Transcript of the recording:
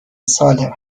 سالم